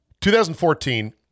2014